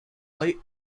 late